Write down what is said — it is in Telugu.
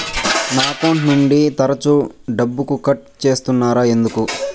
నా అకౌంట్ నుండి తరచు డబ్బుకు కట్ సేస్తున్నారు ఎందుకు